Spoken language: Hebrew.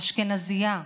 אשכנזייה,